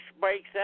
breaks